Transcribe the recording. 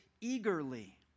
eagerly